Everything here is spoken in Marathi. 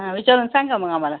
हा विचारून सांगा मग आम्हाला